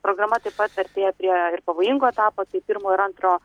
programa taip pat artėja prie pavojingo etapo tai pirmo ir antro